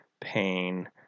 pain